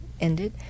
ended